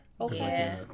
okay